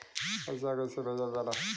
पैसा कैसे भेजल जाला?